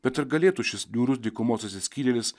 bet ir galėtų šis niūrus dykumos atsiskyrėlis